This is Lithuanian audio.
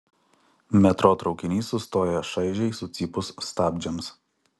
metro traukinys sustoja šaižiai sucypus stabdžiams